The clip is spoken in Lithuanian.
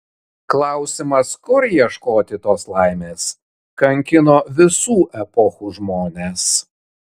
klausimas kur ieškoti tos laimės kankino visų epochų žmones